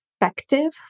effective